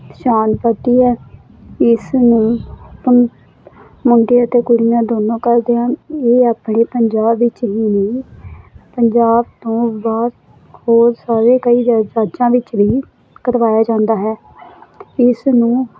ਸ਼ਾਨ ਵੱਧਦੀ ਹੈ ਇਸਨੂੰ ਪੰ ਮੁੰਡੇ ਅਤੇ ਕੁੜੀਆਂ ਦੋਨੋਂ ਕਰਦੇ ਹਨ ਇਹ ਆਪਣੇ ਪੰਜਾਬ ਵਿੱਚ ਹੀ ਨਹੀਂ ਪੰਜਾਬ ਤੋਂ ਬਾਹਰ ਹੋਰ ਸਾਰੇ ਕਈ ਰਾਜਾਂ ਵਿੱਚ ਵੀ ਕਰਵਾਇਆ ਜਾਂਦਾ ਹੈ ਇਸ ਨੂੰ